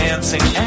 Dancing